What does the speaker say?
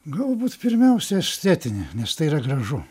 galbūt pirmiausia estetinį nes tai yra gražu